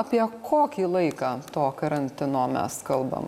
apie kokį laiką to karantino mes kalbam